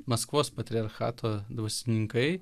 maskvos patriarchato dvasininkai